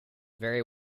very